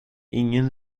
ingen